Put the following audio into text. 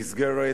במסגרת